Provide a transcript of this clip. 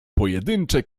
pojedyncze